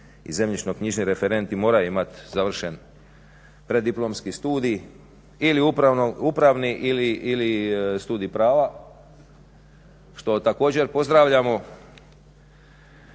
i zemljišno-knjižni referenti moraju imat završen preddiplomski studij ili upravni ili studij prava što također pozdravljamo.